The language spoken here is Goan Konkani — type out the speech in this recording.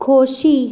खोशी